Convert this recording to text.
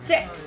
Six